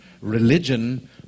Religion